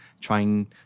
trying